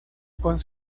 con